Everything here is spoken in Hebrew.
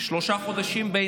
לשלושה חודשים, גם זה יותר מדי.